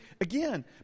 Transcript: again